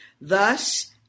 Thus